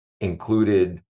included